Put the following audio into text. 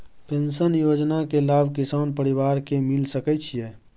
Pension योजना के लाभ किसान परिवार के मिल सके छिए?